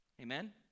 Amen